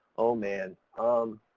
oh, man, um.